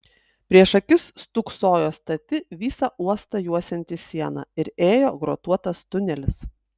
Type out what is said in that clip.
prieš akis stūksojo stati visą uostą juosianti siena ir ėjo grotuotas tunelis